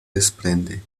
desprende